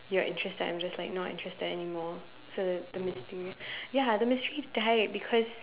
you're interested I'm just like not interested anymore so the the mystery ya the mystery died because